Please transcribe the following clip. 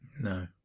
No